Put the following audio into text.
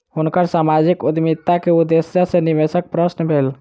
हुनकर सामाजिक उद्यमिता के उदेश्य सॅ निवेशक प्रसन्न भेला